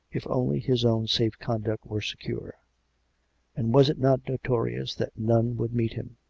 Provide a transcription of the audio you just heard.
if only his own safe conduct were secure and was it not notorious that none would meet him?